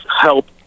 help